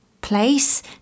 place